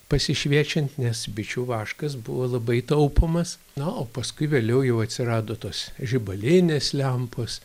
pasišviečiant nes bičių vaškas buvo labai taupomas na o paskui vėliau jau atsirado tos žibalinės lempos